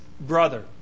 brother